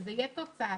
שזה יהיה תוצאתי,